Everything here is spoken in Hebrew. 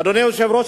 אדוני היושב-ראש,